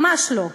ממש לא.